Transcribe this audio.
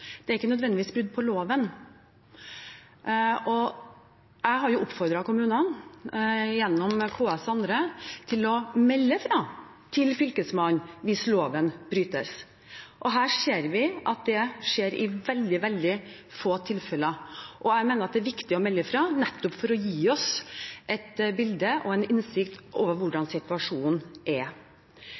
det er ikke nødvendigvis brudd på loven. Jeg har oppfordret kommunene, gjennom KS og andre, til å melde fra til Fylkesmannen hvis loven brytes. Vi ser at det skjer i veldig få tilfeller. Jeg mener at det er viktig å melde fra nettopp for at det kan gi oss et bilde av og en innsikt i hvordan situasjonen er.